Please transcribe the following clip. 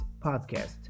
podcast